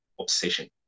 obsession